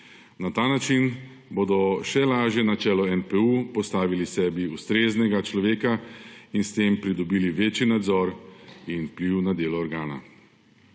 Na ta način bodo še lažje na čelo NPU postavili sebi ustreznega človeka in s tem pridobili večji nadzor in vpliv na delo organa.